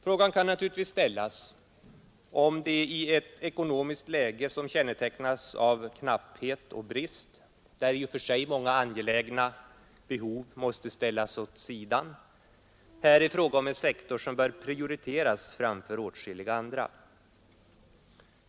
Frågan kan naturligtvis ställas, om det i ett ekonomiskt läge som kännetecknas av knapphet och brist, där i och för sig många angelägna behov måste ställas åt sidan, här rör sig om en sektor som bör prioriteras framför åtskilliga andra.